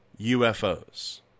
UFOs